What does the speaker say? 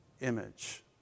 image